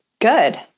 Good